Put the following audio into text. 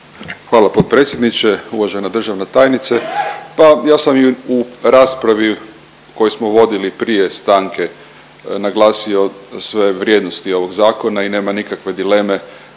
Hvala potpredsjedniče. Uvažena državna tajnice, pa ja sam i u raspravi koju smo vodili prije stanke naglasio sve vrijednosti ovog zakona i nema nikakve dileme